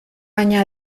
baina